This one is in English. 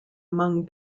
among